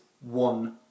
one